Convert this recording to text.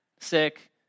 Sick